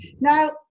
Now